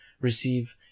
receive